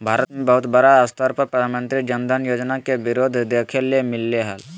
भारत मे बहुत बड़ा स्तर पर प्रधानमंत्री जन धन योजना के विरोध देखे ले मिललय हें